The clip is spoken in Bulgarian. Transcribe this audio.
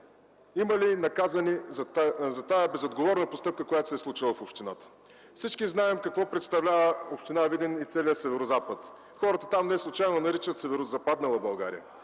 има ли наказани за тази безотговорна постъпка, която се е случила в общината? Всички знаем какво представлява община Видин и целият Северозапад. Неслучайно хората наричат тази част северозападната България.